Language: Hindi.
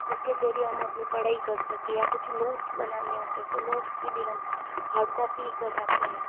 जिस के ज़रिए हम अपनी पढ़ाई कर सकें या कुछ नोट्स बनाने होते तो नोट्स की भी हम हार्ड कॉपी करवाते हैं